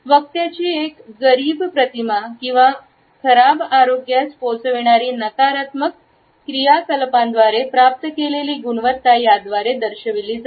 वक्त्याची एक गरीब प्रतिमा किंवा खराब आरोग्यास पोचविणारी नकारात्मक क्रियाकलापांद्वारे प्राप्त केलेली गुणवत्ता याद्वारे दर्शविली जाते